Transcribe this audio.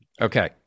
okay